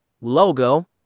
Logo